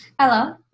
Hello